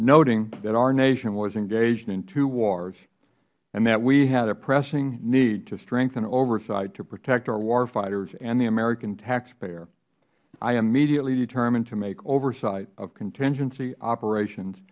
noting that our nation was engaged in two wars and that we had a pressing need to strengthen oversight to protect our war fighters and the american taxpayer i immediately determined to make oversight of contingency operations